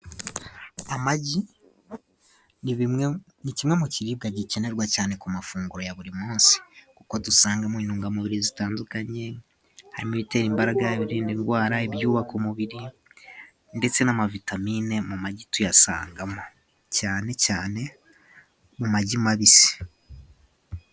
Amagi ,ni bimwe ni kimwe mu kiribwa gikenerwa cyane ku mafunguro ya buri munsi, kuko dusangamo intungamubiri zitandukanye harimo:ibitera imbaraga, ibirinda indwara, ibyubaka umubiri ndetse n'amavitamine mu magi tuyasangamo cyane cyane mu magi mabisi.